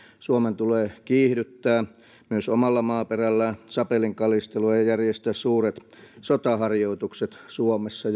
suomen tulee kiihdyttää myös omalla maaperällään sapelinkalistelua ja ja järjestää suuret sotaharjoitukset suomessa